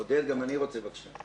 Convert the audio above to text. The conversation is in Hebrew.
עודד, גם אני רוצה, בבקשה.